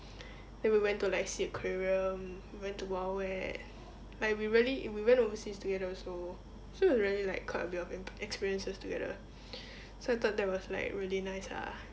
then we went to like sea aquarium we went to wild wild wet like we really we went overseas together also so it was really like quite a bit of experiences together so I thought that was like really nice ah